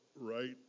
right